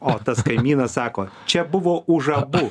o tas kaimynas sako čia buvo už abu